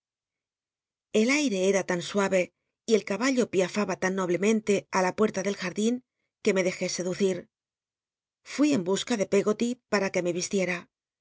el air'c era tan sume y el caballo piara tan noblemente ü la pue ta del jadin que me dejé seducir fui en busca de pcggoly para que me yisliera